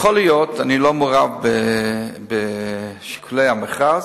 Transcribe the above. יכול להיות, אני לא מעורב בשיקולי המכרז,